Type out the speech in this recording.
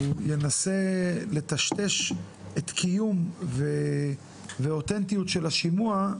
הוא ינסה לטשטש את קיום ואותנטיות של השימוע,